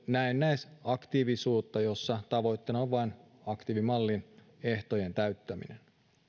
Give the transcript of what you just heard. näennäisaktiivisuutta jossa tavoitteena on vain aktiivimallin ehtojen täyttäminen